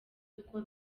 uko